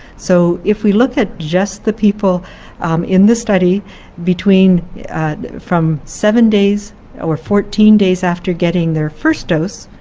so if we look at just the people in the study between from seven days or fourteen days after getting their first dose,